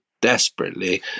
desperately